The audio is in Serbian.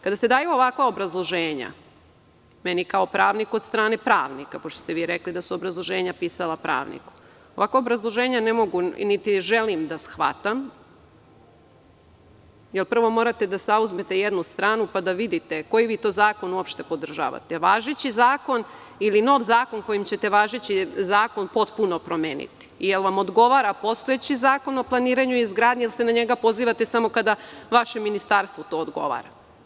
Kada se daju ovakva obrazloženja, meni kao pravniku od strane pravnika, pošto ste vi rekli da su obrazloženja pisali pravnici, ovakva obrazloženja ne mogu, niti želim da shvatam, jer prvo morate da zauzmete jednu stranu pa da vidite koji vi to zakon uopšte podržavate, jel važeći Zakon ili nov zakon, kojim ćete važeći Zakon potpuno promeniti, jel vam odgovara postojeći Zakon o planiranju i izgradnji ili se na njega pozivate samo kada vašem Ministarstvu to odgovara.